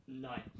Nine